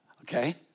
Okay